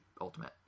Ultimate